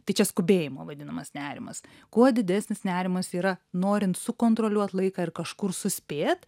tai čia skubėjimo vadinamas nerimas kuo didesnis nerimas yra norint sukontroliuot laiką ir kažkur suspėt